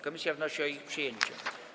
Komisja wnosi o ich przyjęcie.